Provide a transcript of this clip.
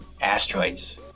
asteroids